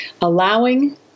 allowing